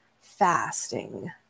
fasting